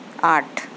آٹھ